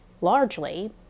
largely